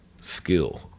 skill